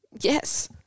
Yes